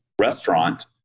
restaurant